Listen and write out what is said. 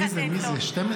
מי זה, מי זה, 12?